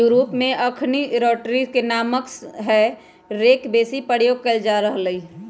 Europe में अखनि rotary रे नामके हे रेक बेशी प्रयोग कएल जा रहल हइ